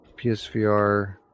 PSVR